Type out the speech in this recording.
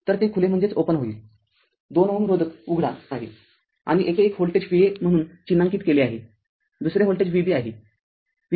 तर ते खुले होईल २ Ω रोधक उघडा आहे आणि येथे एक व्होल्टेज Va म्हणून चिन्हांकित केले आहे दुसरे व्होल्टेज Vb आहे